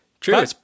True